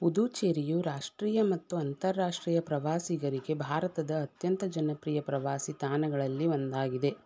ಪುದುಚೆರಿಯು ರಾಷ್ಟ್ರೀಯ ಮತ್ತು ಅಂತಾರಾಷ್ಟ್ರೀಯ ಪ್ರವಾಸಿಗರಿಗೆ ಭಾರತದ ಅತ್ಯಂತ ಜನಪ್ರಿಯ ಪ್ರವಾಸಿ ತಾಣಗಳಲ್ಲಿ ಒಂದಾಗಿದೆ